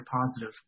positive